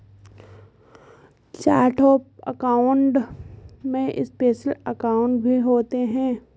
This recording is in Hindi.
चार्ट ऑफ़ अकाउंट में स्पेशल अकाउंट भी होते हैं